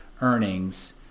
earnings